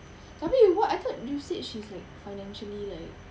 tapi what I thought you said she's like financially like